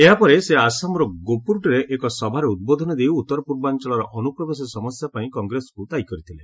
ଏହା ପରେ ସେ ଆସାମର ଗୋପୁରରେ ଏକ ସଭାରେ ଉଦ୍ବୋଧନ ଦେଇ ଉତ୍ତର ପୂର୍ବାଞ୍ଚଳର ଅନୁପ୍ରବେଶ ସମସ୍ୟା ପାଇଁ କଂଗ୍ରେସକୁ ଦାୟୀ କରିଥିଲେ